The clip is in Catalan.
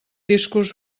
discurs